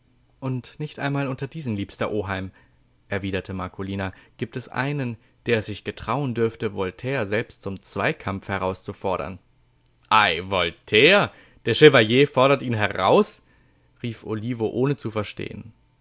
und nicht einmal unter diesen liebster oheim erwiderte marcolina gibt es einen der es sich getrauen dürfte voltaire selbst zum zweikampf herauszufordern ei voltaire der chevalier fordert ihn heraus rief olivo ohne zu verstehen